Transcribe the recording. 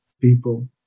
people